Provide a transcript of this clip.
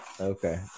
Okay